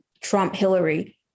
Trump-Hillary